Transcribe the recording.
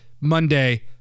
Monday